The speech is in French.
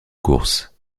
course